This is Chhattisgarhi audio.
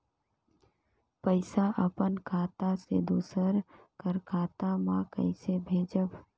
पइसा अपन खाता से दूसर कर खाता म कइसे भेजब?